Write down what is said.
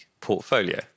portfolio